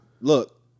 Look